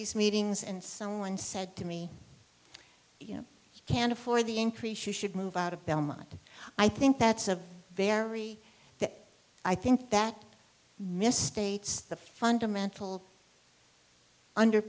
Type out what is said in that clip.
these meetings and someone said to me you can't afford the increase you should move out of belmont i think that's a very i think that misstates the fundamental